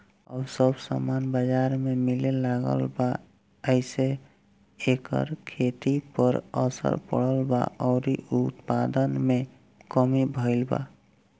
अब सब सामान बजार में मिले लागल बा एसे एकर खेती पर असर पड़ल बा अउरी उत्पादन में कमी भईल बा